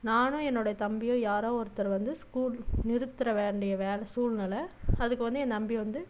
நானும் என் தம்பியோ யாரோ ஒருத்தர் வந்து ஸ்கூல் நிறுத்துற வேண்டிய வேளை சூழ்நில அதுக்கு வந்து என் தம்பி வந்து